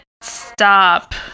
stop